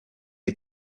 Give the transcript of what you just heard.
est